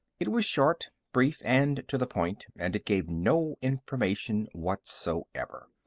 it was short, brief, and to the point. and it gave no information whatsoever.